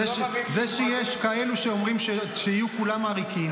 זה שיש כאלה שאומרים שיהיו כולם עריקים,